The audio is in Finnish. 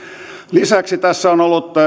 lisäksi tässä on ollut